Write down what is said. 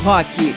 Rock